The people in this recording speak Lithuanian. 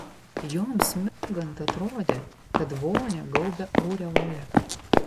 joms mirgant atrodė kad vonią gaubia aureolė